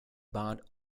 band